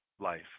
life